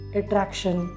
attraction